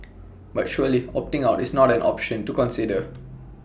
but surely opting out is not an option to consider